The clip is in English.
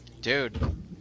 dude